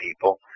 people